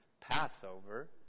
Passover